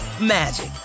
magic